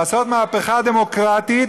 לעשות מהפכה דמוקרטית,